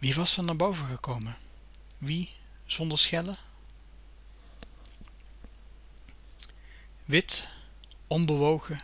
wie was r naar boven gekomen wie zonder schellen wit onbewogen